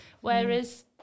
Whereas